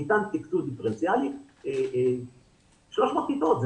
ניתן תקצוב דיפרנציאלי ל-300 כיתות,